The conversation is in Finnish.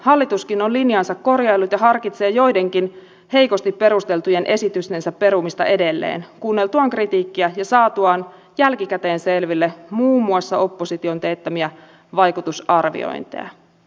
hallituskin on linjaansa korjaillut ja harkitsee joidenkin heikosti perusteltujen esitystensä perumista edelleen kuunneltuaan kritiikkiä ja saatuaan jälkikäteen selville muun muassa opposition teettämiä vaikutusarviointeja